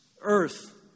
earth